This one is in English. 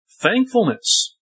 thankfulness